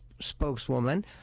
spokeswoman